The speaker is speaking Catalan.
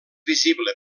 visible